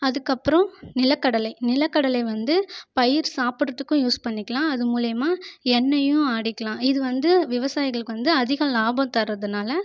அதுக்கப்புறம் நிலக்கடலை நிலக்கடலை வந்து பயிர் சாப்பிட்றதுக்கும் யூஸ் பண்ணிக்கலாம் அது மூலிமா எண்ணையும் ஆடிக்கெலாம் இது வந்து விவசாயிகளுக்கு வந்து அதிக லாபம் தரதுனால்